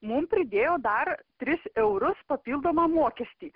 mum pridėjo dar tris eurus papildomą mokestį